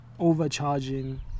overcharging